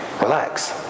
Relax